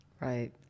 Right